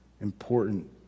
important